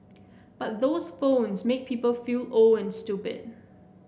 but those phones make people feel old and stupid